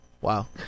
Wow